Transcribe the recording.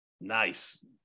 Nice